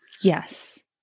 Yes